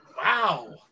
Wow